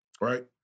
right